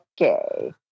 Okay